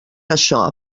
això